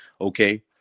Okay